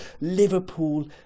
Liverpool